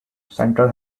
central